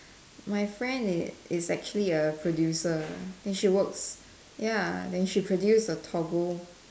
my friend it is actually a producer then she works ya then she produce a Toggle